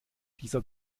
dieser